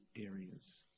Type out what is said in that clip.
areas